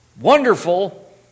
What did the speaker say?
wonderful